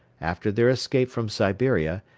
after their escape from siberia,